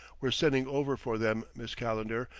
we're sending over for them, miss calendar,